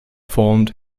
formed